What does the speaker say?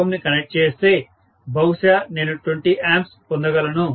5Ω ని కనెక్ట్ చేస్తే బహుశా నేను 20A పొందగలను